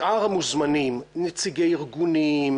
שאר המוזמנים נציגי ארגונים,